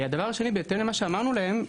בהתאם למה שאמרנו להם,